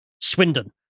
Swindon